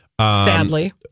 Sadly